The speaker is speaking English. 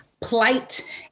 plight